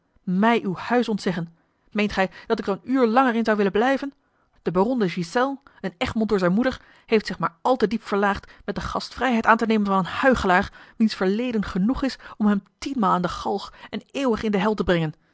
mij uw huis ontzeggen meent gij dat ik er een uur langer in zou willen blijven de baron de ghiselles een egmond door zijne moeder heeft zich maar al te diep verlaagd met de gastvrijheid aan te nemen van een huichelaar wiens verleden genoeg is om hem tienmaal aan de galg en eeuwig in de hel te brengen